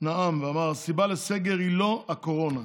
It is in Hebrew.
נאם ואמר: "הסיבה לסגר היא לא הקורונה,